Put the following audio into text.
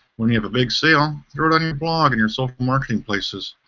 when you have a big sale, throw it on your blog and your social marketing places.